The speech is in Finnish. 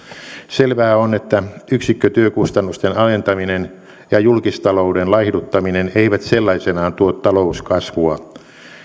selvää on että yksikkötyökustannusten alentaminen ja julkistalouden laihduttaminen eivät sellaisenaan tuo talouskasvua